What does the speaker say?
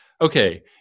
okay